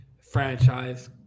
Franchise